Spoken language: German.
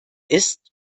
ist